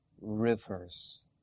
rivers